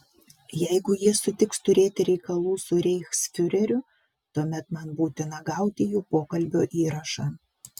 jeigu jie sutiks turėti reikalų su reichsfiureriu tuomet man būtina gauti jų pokalbio įrašą